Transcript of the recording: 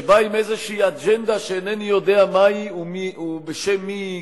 שבא עם איזושהי אג'נדה שאינני יודע מהי ובשם מי היא קיימת,